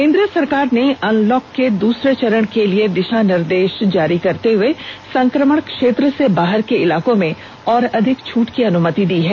केंद्र सरकार ने अनलॉक के दूसरे चरण के लिए दिशानिर्देश जारी करते हुए संक्रमण क्षेत्र से बाहर के इलाकों में और अधिक छूट की अनुमति दी है